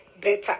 better